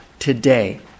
Today